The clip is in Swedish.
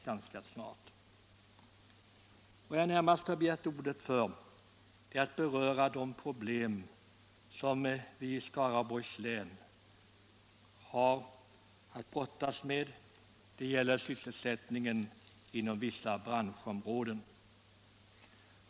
Jag har närmast begärt ordet för att beröra de problem som vi i Skaraborgs län har att brottas med — det gäller sysselsättningen inom vissa branschområden.